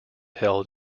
held